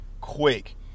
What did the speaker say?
quick